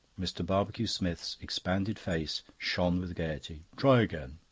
mr. barbecue-smith's expanded face shone with gaiety. try again.